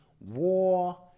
war